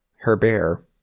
Herbert